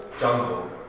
jungle